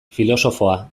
filosofoa